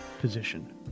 position